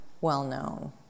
well-known